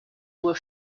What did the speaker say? were